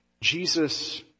Jesus